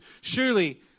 Surely